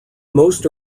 most